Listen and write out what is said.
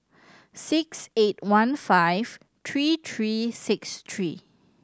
six eight one five three three six three